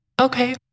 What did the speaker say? Okay